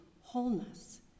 wholeness